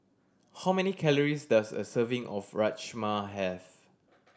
how many calories does a serving of Rajma have